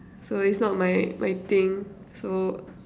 so it's not my my thing so